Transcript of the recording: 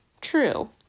true